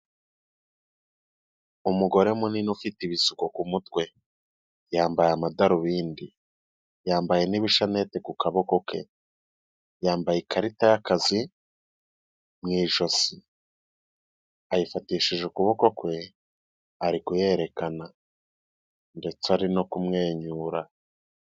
Umugore munini ufite ibisuko ku mutwe, yambaye amadarubindi, yambaye n'ibishanete ku kaboko ke, yambaye ikarita y'akazi mu ijosi, ayifatishije ukuboko kwe ari kuyerekana ndetse ari no kumwenyura.